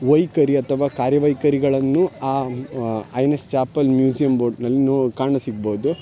ವೈಖರಿ ಅಥವಾ ಕಾರ್ಯವೈಖರಿಗಳನ್ನು ಆ I N S Chapal museum ಬೋಟ್ನಲ್ಲಿ ನೊ ಕಾಣಸಿಗ್ಬಹ್ದು